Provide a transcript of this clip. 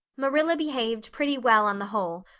marilla behaved pretty well on the whole,